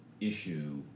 issue